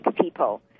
people